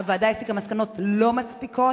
הוועדה הסיקה מסקנות לא מספיקות.